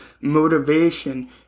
motivation